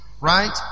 Right